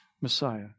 Messiah